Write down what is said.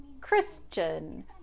Christian